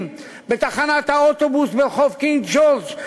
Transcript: בתחנת האוטובוס ברחוב קינג ג'ורג',